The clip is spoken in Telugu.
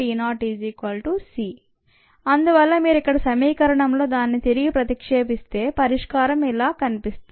ln x0 μt0c అందువల్ల మీరు ఇక్కడ సమీకరణంలో దానిని తిరిగి ప్రతిక్షేపిస్తే పరిష్కారం ఇలా కనిపిస్తుంది